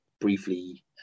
briefly